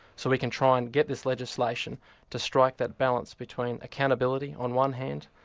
so we can try and get this legislation to strike that balance between accountability on one hand,